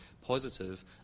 positive